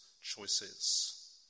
choices